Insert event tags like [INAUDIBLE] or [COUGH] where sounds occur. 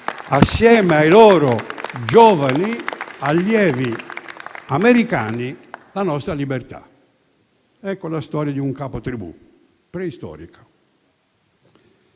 assieme ai loro giovani allievi americani, la nostra libertà. [APPLAUSE] Ecco la storia di un capo tribù preistorico.